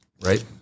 right